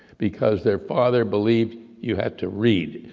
because their father believed you had to read.